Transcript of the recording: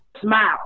Smile